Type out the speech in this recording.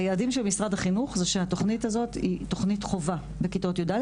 ביעדים של משרד החינוך שהתוכנית הזאת היא תוכנית חובה בכיתות י"א,